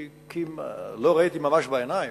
לא ראיתי ממש בעיניים,